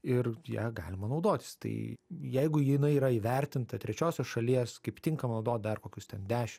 ir ja galima naudotis tai jeigu jinai yra įvertinta trečiosios šalies kaip tinkama naudot dar kokius ten dešim